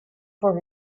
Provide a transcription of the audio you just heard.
for